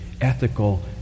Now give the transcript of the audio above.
ethical